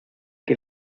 que